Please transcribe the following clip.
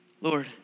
Lord